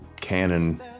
canon